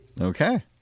Okay